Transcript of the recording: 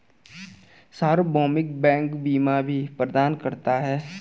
सार्वभौमिक बैंक बीमा भी प्रदान करता है